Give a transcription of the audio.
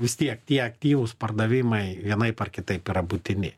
vis tiek tie aktyvūs pardavimai vienaip ar kitaip yra būtini